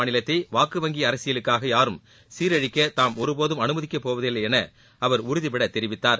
மாநிலத்தைவாக்குவங்கிஅரசியலுக்காகயாரும் அஸ்ஸாம் சீரழிக்கதாம் ஒருபோதும் அனுமதிக்கப்போவதில்லைஎனஅவர் உறுதிபடதெரிவித்தார்